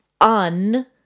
Un